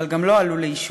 אבל גם לא עלו לאישור.